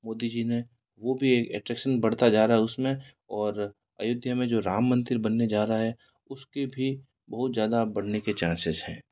मोदी जी ने वो भी अट्रैसन बढ़ता जा रहा है उसमें और अयोध्या में जो राम मंदिर बनने जा रहा है उसके भी बहुत ज़्यादा बढ़ने के चांसेस हैं